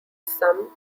some